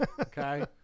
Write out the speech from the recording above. Okay